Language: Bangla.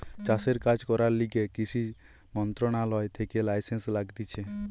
চাষের কাজ করার লিগে কৃষি মন্ত্রণালয় থেকে লাইসেন্স লাগতিছে